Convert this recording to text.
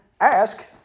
Ask